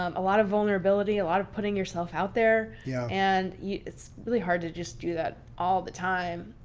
um a lot of vulnerability, a lot of putting yourself out there yeah and it's really hard to just do that all the time.